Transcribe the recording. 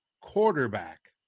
quarterback